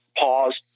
paused